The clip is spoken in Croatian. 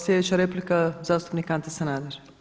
Sljedeća replika zastupnik Ante Sanader.